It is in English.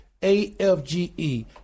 AFGE